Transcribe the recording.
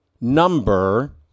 number